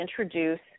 introduce